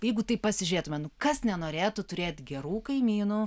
jeigu taip pasižiūrėtume kas nenorėtų turėt gerų kaimynų